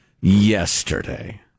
Yesterday